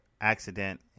accident